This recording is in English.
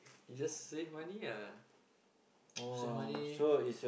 you just save money ah save money